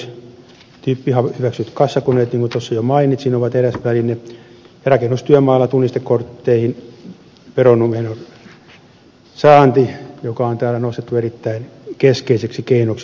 tyyppihyväksytyt kassakoneet niin kuin tuossa jo mainitsin ovat eräs väline ja toinen on rakennustyömailla veronumeron saanti tunnistekortteihin mikä on täällä nostettu erittäin keskeiseksi keinoksi torjua harmaata taloutta